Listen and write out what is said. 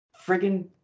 friggin